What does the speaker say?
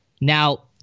Now